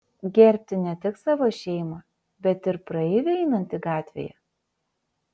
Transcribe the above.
gerbti ne tik savo šeimą bet ir praeivį einantį gatvėje